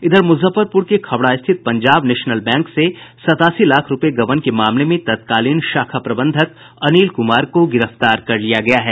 इधर मुजफ्फरपुर के खबड़ा स्थित पंजाब नेशनल बैंक से सत्तासी लाख रूपये गबन के मामले में तत्कालीन शाखा प्रबंधक अनिल कुमार को गिरफ्तार कर लिया गया है